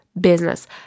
business